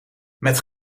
met